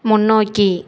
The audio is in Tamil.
முன்னோக்கி